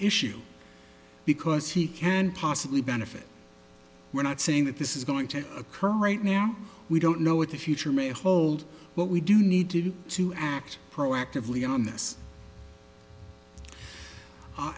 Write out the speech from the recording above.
issue because he can possibly benefit we're not saying that this is going to occur right now we don't know what the future may hold but we do need to do to act proactively on this